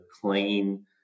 clean